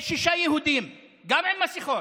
יש שישה יהודים, גם עם מסכות.